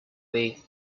bee